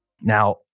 Now